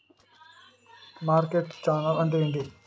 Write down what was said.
Market channel అంటే ఏంటి?